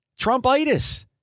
Trumpitis